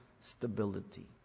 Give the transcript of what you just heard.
stability